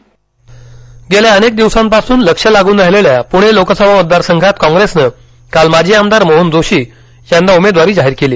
प्णे कॉग्रेस उमेदवार गेल्या अनेक दिवसांपासून लक्ष लागून राहिलेल्या पुणे लोकसभा मतदार संघात कॉग्रेसन काल माजी आमदार मोहन जोशी यांना उमेदवारी जाहीर केली